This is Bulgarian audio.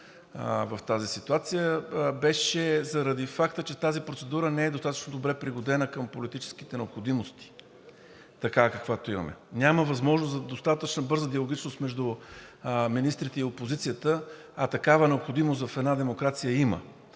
в тази ситуация, беше заради факта, че тази процедура не е достатъчно добре пригодена към политическите необходимости – такава, каквато имаме. Няма възможност за достатъчно бърза диалогичност между министрите и опозицията, а такава необходимост в една демокрация има